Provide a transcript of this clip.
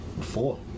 Four